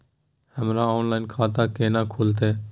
हमर ऑनलाइन खाता केना खुलते?